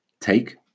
take